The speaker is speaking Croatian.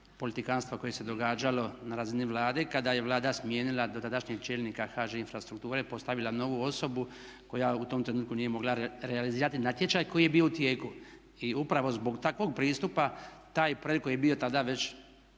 politikanstva koje se događalo na razini Vlade kada je Vlada smijenila dotadašnjeg čelnika HŽ Infrastrukture, postavila novu osobu koja u tom trenutku nije mogla realizirati natječaj koji je bio u tijeku. I upravo zbog takvog pristupa taj projekt koji je bio tada već